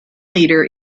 leader